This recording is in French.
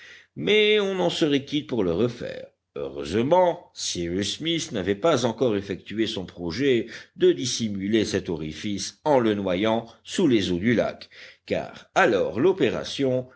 mais on en serait quitte pour le refaire heureusement cyrus smith n'avait pas encore effectué son projet de dissimuler cet orifice en le noyant sous les eaux du lac car alors l'opération